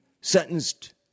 sentenced